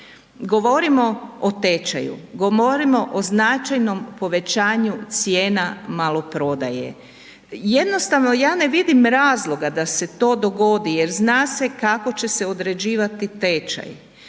Govorimo o tečaju, govorimo o značajnom povećanju cijena maloprodaje, jednostavno ja ne vidim razloga da se to dogodi jer zna se kako će se određivati tečaj,